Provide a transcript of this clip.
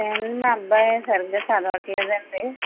ఏండి మా అబ్బాయి సరిగ్గా చదవట్లేదా అండి